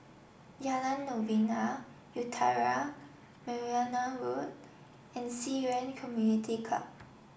Jalan Novena Utara Merryn Road and Ci Yuan Community Club